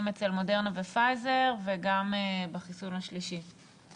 אצל מודרנה ופייזר וגם בחיסון השלישי?